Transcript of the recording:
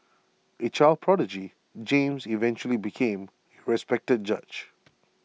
A child prodigy James eventually became A respected judge